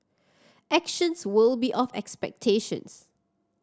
actions will be of expectations